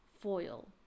foil